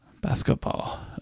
Basketball